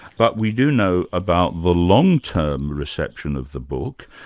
but we do know about the long-term reception of the book,